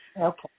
Okay